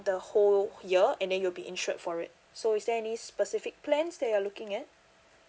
the whole year and then you'll be insured for it so is there any specific plans that you're looking at